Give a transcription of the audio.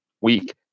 weak